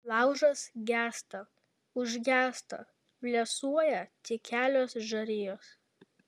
laužas gęsta užgęsta blėsuoja tik kelios žarijos